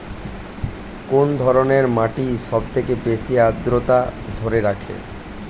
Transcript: কোন ধরনের মাটি সবথেকে বেশি আদ্রতা ধরে রাখে?